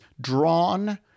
drawn